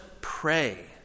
pray